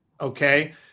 okay